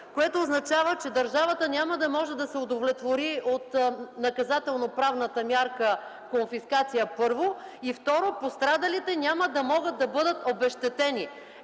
което означава, че държавата няма да може да се удовлетвори от наказателноправната мярка конфискация. Второ, пострадалите няма да могат да бъдат обезщетени.